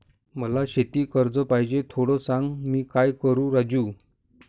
मला शेती कर्ज पाहिजे, थोडं सांग, मी काय करू राजू?